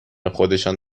خودشان